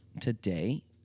today